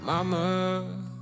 Mama